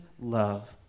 love